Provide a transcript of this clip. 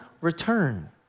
return